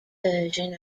version